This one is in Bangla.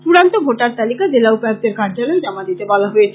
চূড়ান্ত ভোটার তালিকা জেলা উপায়ুক্তের কার্যালয়ে জমা দিতে বলা হয়েছে